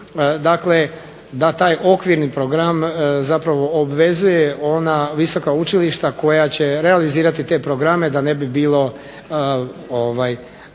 Dakle da taj okvirni program obvezuje ona visoka učilišta koja će realizirati te programe da ne bi bilo